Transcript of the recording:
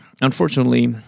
Unfortunately